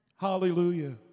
Hallelujah